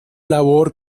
labor